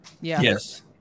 yes